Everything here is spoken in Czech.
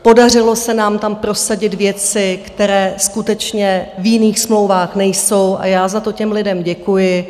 Podařilo se nám tam prosadit věci, které skutečně v jiných smlouvách nejsou, a já za to těm lidem děkuji.